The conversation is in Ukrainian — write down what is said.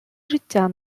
життя